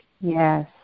Yes